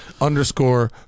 underscore